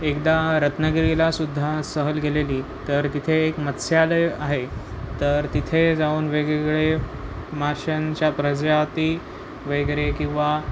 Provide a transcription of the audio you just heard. एकदा रत्नागिरीलासुद्धा सहल गेलेली तर तिथे एक मस्त्यालय आहे तर तिथे जाऊन वेगवेगळे माश्यांच्या प्रजाती वगैरे किंवा